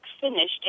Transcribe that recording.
finished